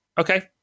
okay